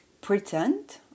pretend